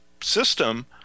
system